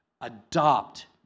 adopt